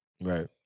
Right